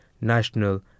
national